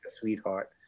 sweetheart